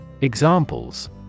Examples